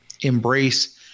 embrace